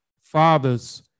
father's